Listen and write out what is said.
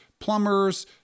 plumbers